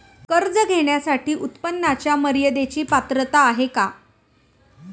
कर्ज घेण्यासाठी उत्पन्नाच्या मर्यदेची पात्रता आहे का?